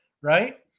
right